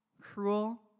Cruel